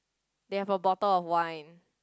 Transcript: they have a bottle of wine